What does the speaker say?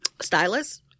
Stylist